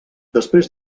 després